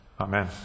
Amen